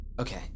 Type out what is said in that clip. Okay